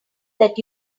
that